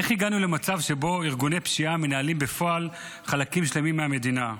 איך הגענו למצב שבו ארגוני פשיעה מנהלים בפועל חלקים שלמים מהמדינה?